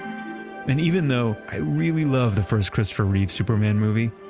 and even though i really love the first christopher reeve superman movie,